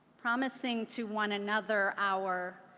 promising to one another our